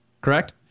Correct